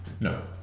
No